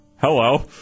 hello